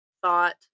thought